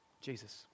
Jesus